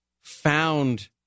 found